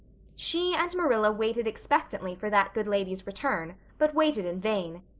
she and marilla waited expectantly for that good lady's return, but waited in vain.